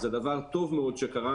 זה דבר טוב מאוד שקרה.